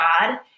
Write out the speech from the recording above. God